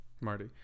Marty